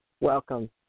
welcome